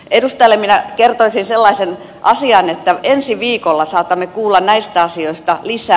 edustajalle minä kertoisin sellaisen asian että ensi viikolla saatamme kuulla näistä asioista lisää